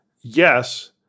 yes